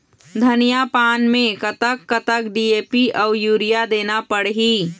धनिया पान मे कतक कतक डी.ए.पी अऊ यूरिया देना पड़ही?